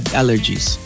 allergies